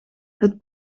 het